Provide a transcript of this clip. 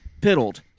piddled